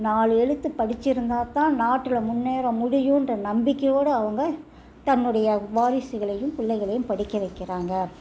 நாலு எலுத்து படித்திருந்தாதான் நாட்டில் முன்னேற முடியுன்ற நம்பிக்கையோடு அவங்க தன்னுடைய வாரிசுகளையும் பிள்ளைகளையும் படிக்க வைக்கிறாங்க